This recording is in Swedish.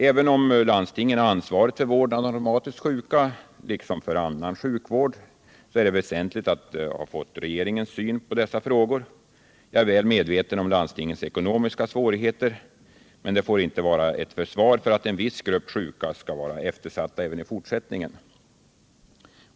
Även om landstingen har ansvaret för vården av de reumatiskt sjuka liksom för annan sjukvård är det väsentligt att få regeringens syn på dessa frågor. Jag är väl medveten om landstingens ekonomiska svårigheter, men det får inte vara ett försvar för att en viss grupp sjuka skall vara eftersatt även i fortsättningen.